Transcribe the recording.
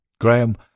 Graham